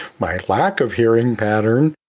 my lack-of-hearing pattern.